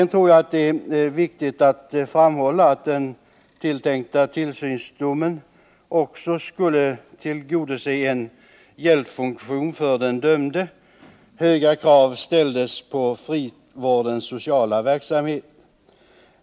Jag tror att det är viktigt att framhålla att den tilltänkta tillsynsdomen också skulle utgöra en hjälpfunktion för den dömde. Höga krav ställdes på frivårdens sociala verksamhet.